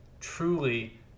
truly